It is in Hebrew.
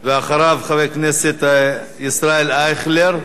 אחריו, חבר הכנסת ישראל אייכלר,